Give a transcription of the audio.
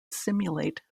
simulate